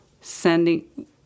sending